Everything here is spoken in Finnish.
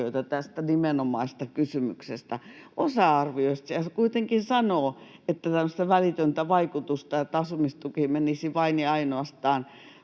tästä nimenomaisesta kysymyksestä. Osa arvioijista kuitenkin sanoo, että tämmöistä välitöntä vaikutusta, että asumistuki menisi vain ja ainoastaan